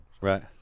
Right